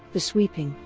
the sweeping,